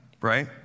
right